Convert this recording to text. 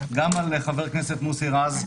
גם על חבר הכנסת מוסי רז.